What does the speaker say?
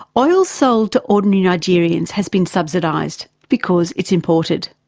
oil sold to ordinary nigerians has been subsidised, because it's imported.